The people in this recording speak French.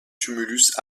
tumulus